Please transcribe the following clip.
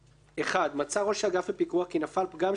מצא ראש אגף הפיקוח כי נפל פגם של ממש